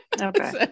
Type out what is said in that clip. okay